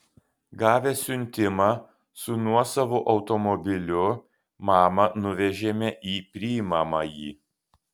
gavę siuntimą su nuosavu automobiliu mamą nuvežėme į priimamąjį